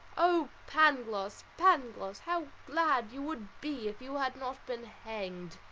oh, pangloss! pangloss! how glad you would be if you had not been hanged!